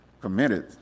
committed